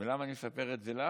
למה אני מספר את זה לך?